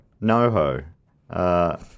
No-ho